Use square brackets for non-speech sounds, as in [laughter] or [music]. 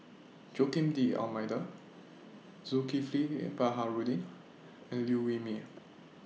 Joaquim D'almeida Zulkifli [hesitation] Baharudin and Liew Wee Mee